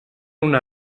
una